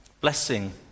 blessing